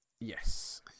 Yes